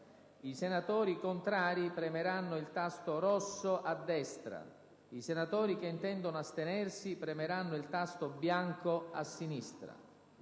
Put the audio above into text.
i senatori contrari premeranno il tasto rosso a destra; i senatori che intendono astenersi premeranno il tasto bianco a sinistra.